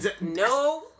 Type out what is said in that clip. no